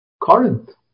Corinth